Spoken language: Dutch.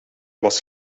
was